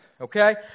okay